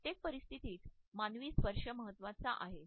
प्रत्येक परिस्थितीत मानवी स्पर्श महत्त्वाचा असतो